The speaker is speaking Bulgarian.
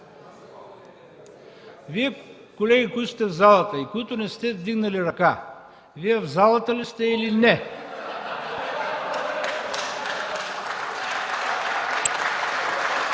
Вие, колеги, които сте в залата и които не сте вдигнали ръка: Вие в залата ли сте, или не?!